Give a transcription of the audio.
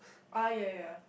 ah ya ya ya